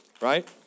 Right